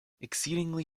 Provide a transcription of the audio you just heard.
exceedingly